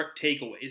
takeaways